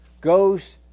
goes